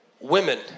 Women